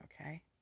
Okay